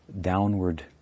downward